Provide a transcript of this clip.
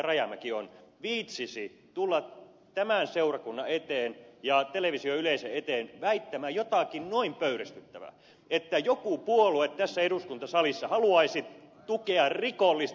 rajamäki on viitsisi tulla tämän seurakunnan eteen ja televisioyleisön eteen väittämään jotakin noin pöyristyttävää että joku puolue tässä eduskuntasalissa haluaisi tukea rikollista toimintaa